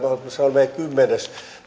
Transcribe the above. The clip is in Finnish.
olemme kymmenes